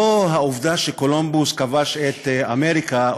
לא העובדה שקולומבוס כבש את אמריקה,